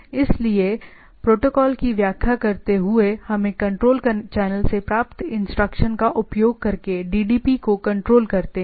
इसलिए प्रोटोकॉल की व्याख्या करते हुए हमें कंट्रोल चैनल से प्राप्त इंस्ट्रक्शन का उपयोग करके DDP को कंट्रोल करते हैं